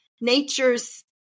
nature's